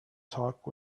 talk